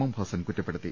M Hassan കുറ്റപ്പെടുത്തി